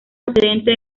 procedente